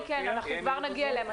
כן, אנחנו כבר נגיע אליהם.